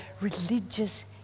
religious